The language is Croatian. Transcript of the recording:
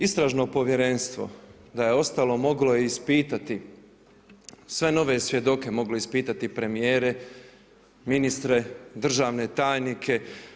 Istražno povjerenstvo da je ostalo, moglo je ispitati sve nove svjedoke , moglo je ispitati premijere, ministre, državne tajnike.